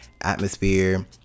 atmosphere